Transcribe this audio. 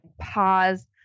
pause